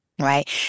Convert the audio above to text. Right